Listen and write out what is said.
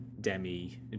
Demi